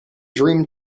dream